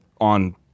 on